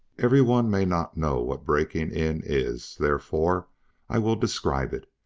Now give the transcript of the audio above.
every one may not know what breaking in is, therefore i will describe it.